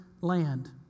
land